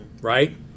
right